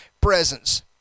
presence